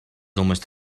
almost